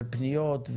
פניות,